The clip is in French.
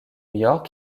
york